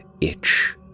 itch